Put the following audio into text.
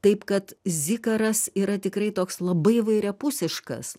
taip kad zikaras yra tikrai toks labai įvairiapusiškas